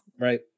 Right